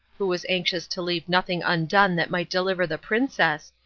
who was anxious to leave nothing undone that might deliver the princess,